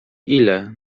ile